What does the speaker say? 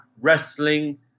wrestling